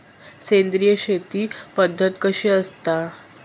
सेंद्रिय शेती पद्धत कशी असता?